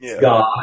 God